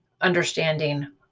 understanding